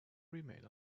remain